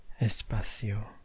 Espacio